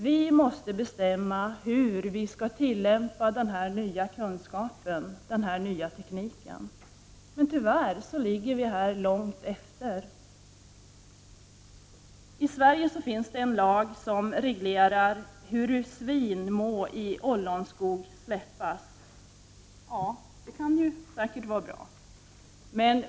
Vi måste bestämma hur den nya kunskapen och den nya tekniken skall tillämpas, men tyvärr ligger vi långt efter. I Sverige finns det en lag som reglerar ”Huru svin må i ollonskog släppas”. Den kan vara bra.